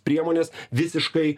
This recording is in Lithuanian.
priemones visiškai